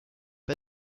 pas